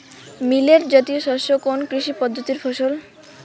Millet জাতীয় শস্য কোন কৃষি পদ্ধতির ফসল?